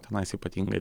tenais ypatingai